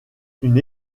une